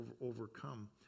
overcome